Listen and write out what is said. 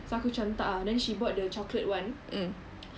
so aku macam tak ah then she bought the chocolate [one]